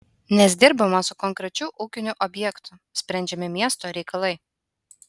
nes dirbama su konkrečiu ūkiniu objektu sprendžiami miesto reikalai